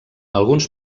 alguns